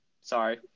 sorry